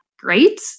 great